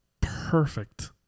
perfect